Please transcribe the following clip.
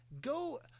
go